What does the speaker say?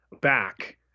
back